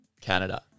Canada